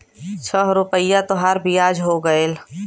छह रुपइया तोहार बियाज हो गएल